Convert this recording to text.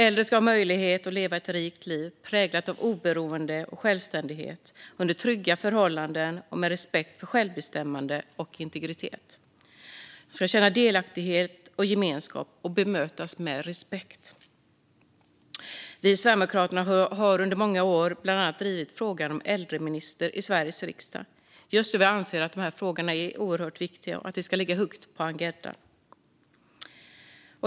Äldre ska ha möjlighet att leva ett rikt liv präglat av oberoende och självständighet, under trygga förhållanden och med respekt för självbestämmande och integritet. De ska känna delaktighet och gemenskap och bemötas med respekt. Vi i Sverigedemokraterna har under många år drivit bland annat frågan om en äldreminister i Sveriges riksdag just eftersom vi anser att dessa frågor är oerhört viktiga och ska ligga högt på agendan.